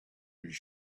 his